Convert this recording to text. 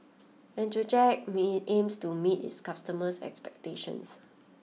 Accucheck aims to meet its customers' expectations